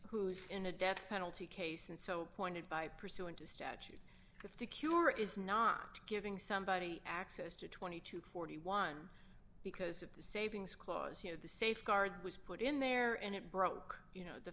who's in a death penalty case and so pointed by pursuant to statute if the cure is not giving somebody access to twenty to forty one because of the savings clause you know the safeguard was put in there and it broke you know the